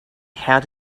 how